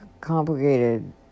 complicated